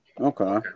okay